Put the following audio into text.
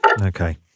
Okay